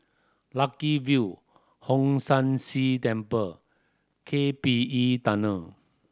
Lucky View Hong San See Temple K P E Tunnel